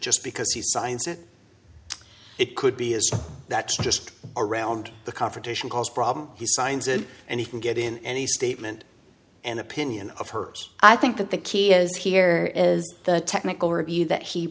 just because he signs it it could be is that just around the confrontation caused problems he signs it and he can get in any statement and opinion of hurt i think that the key is here is the technical review that he